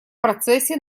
процессе